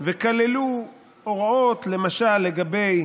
וכללו הוראות למשל לגבי